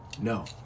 No